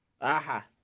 Aha